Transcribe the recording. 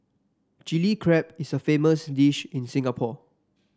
Chilli Crab is a famous dish in Singapore